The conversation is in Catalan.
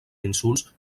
insults